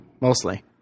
Mostly